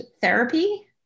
therapy